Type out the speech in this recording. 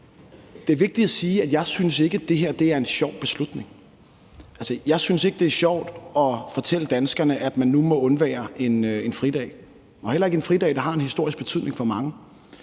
Det er vigtigt at sige, at jeg ikke synes, det her er en sjov beslutning. Altså, jeg synes ikke, det er sjovt at fortælle danskerne, at de nu må undvære en fridag, og heller ikke en fridag, der for mange har en historisk betydning. Men